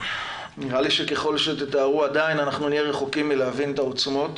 נראה לי שככל שתתארו עדיין אנחנו נהיה רחוקים מלהבין את העוצמות.